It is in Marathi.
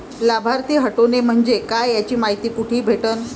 लाभार्थी हटोने म्हंजे काय याची मायती कुठी भेटन?